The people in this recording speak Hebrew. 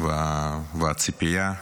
והציפייה.